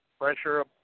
Pressure